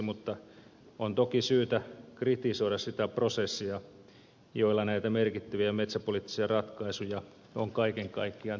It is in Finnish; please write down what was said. mutta on toki syytä kritisoida sitä prosessia jolla näitä merkittäviä metsäpoliittisia ratkaisuja on kaiken kaikkiaan tehty